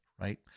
right